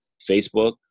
Facebook